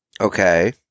Okay